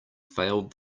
failed